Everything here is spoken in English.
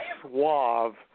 suave